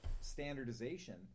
standardization